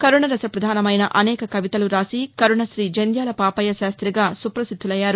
కరుణ రస ప్రధానమైన అనేక కవితలు రాసి కరుణశ్రీ జంధ్యాల పాపయ్య శాస్త్రి గా సుప్రసిద్దులయ్యారు